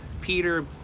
Peter